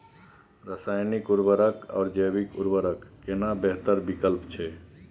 रसायनिक उर्वरक आ जैविक उर्वरक केना बेहतर विकल्प छै?